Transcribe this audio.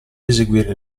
eseguire